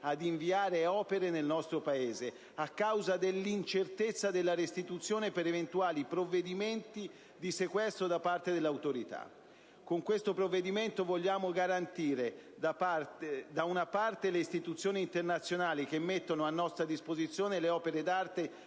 ad inviare opere nel nostro Paese, a causa dell'incertezza della restituzione per eventuali provvedimenti di sequestro da parte dell'autorità giudiziaria. Con questo provvedimento in titolo vogliamo garantire le istituzioni internazionali che mettono a nostra disposizione le opere d'arte